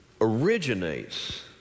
originates